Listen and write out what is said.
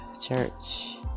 church